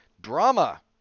drama